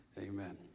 Amen